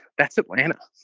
that's a plan. ah ah